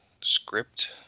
script